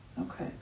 Okay